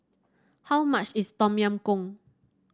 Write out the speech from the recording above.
how much is Tom Yam Goong